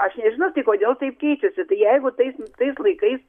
aš nežinau tai kodėl taip keičiasi tai jeigu tais tais laikais